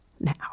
now